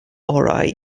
orau